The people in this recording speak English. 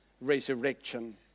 resurrection